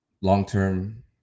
long-term